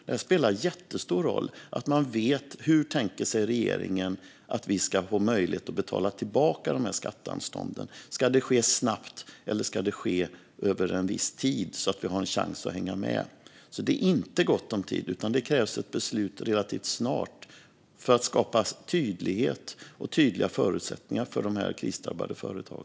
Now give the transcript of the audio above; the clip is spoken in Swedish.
Det spelar jättestor roll att man vet hur regeringen tänker sig att de ska få möjlighet att betala tillbaka skatteanstånden. Ska det ske snabbt eller över en viss tid, så att de har en chans att hänga med? Det är alltså inte gott om tid, utan det krävs ett beslut relativt snart för att skapa tydlighet och tydliga förutsättningar för dessa krisdrabbade företag.